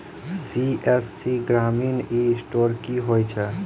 CSC ग्रामीण e store की होइ छै?